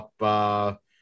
up